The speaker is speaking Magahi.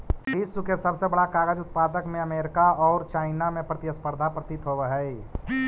विश्व के सबसे बड़ा कागज उत्पादक में अमेरिका औउर चाइना में प्रतिस्पर्धा प्रतीत होवऽ हई